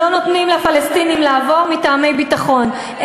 לא נותנים לפלסטינים לעבור, מטעמי ביטחון.